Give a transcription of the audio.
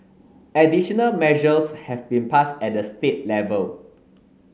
additional measures have been passed at the state level